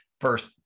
first